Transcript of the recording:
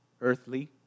earthly